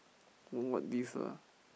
want what this ah